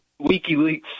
WikiLeaks